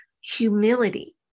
humility